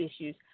issues